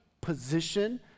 position